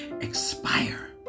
expire